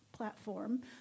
platform